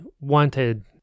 wanted